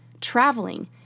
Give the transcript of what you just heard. traveling